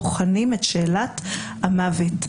בוחנים את שאלת המוות,